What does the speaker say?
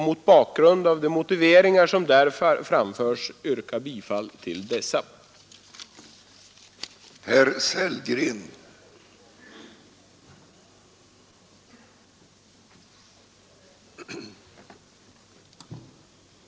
Mot bakgrunden av de motiveringar som där framförs yrkar jag bifall till dessa reservationer.